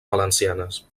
valencianes